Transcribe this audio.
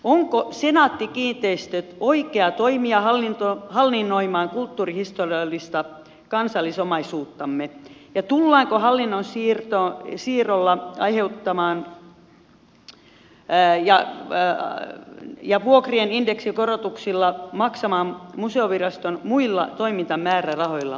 onko senaatti kiinteistöt oikea toimija hallinnoimaan kulttuurihistoriallista kansallisomaisuuttamme ja tullaanko hallinnon siirrolla aiheuttamaan se että vuokrat indeksikorotuksilla maksetaan museoviraston muilla toimintamäärärahoilla